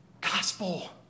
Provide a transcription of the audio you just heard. Gospel